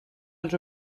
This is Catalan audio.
els